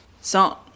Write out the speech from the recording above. song